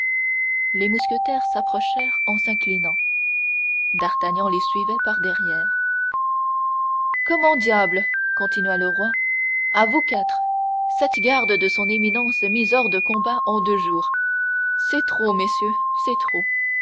les mousquetaires s'approchèrent en s'inclinant d'artagnan les suivait par-derrière comment diable continua le roi à vous quatre sept gardes de son éminence mis hors de combat en deux jours c'est trop messieurs c'est trop